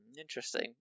Interesting